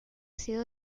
sido